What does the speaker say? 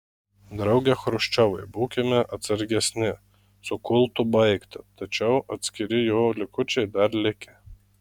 drauge chruščiovai būkime atsargesni su kultu baigta tačiau atskiri jo likučiai dar likę